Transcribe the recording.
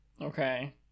Okay